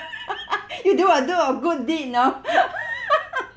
you do a do a good deed you know